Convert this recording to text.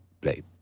play